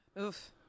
Oof